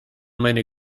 meine